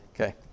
Okay